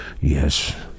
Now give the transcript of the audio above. Yes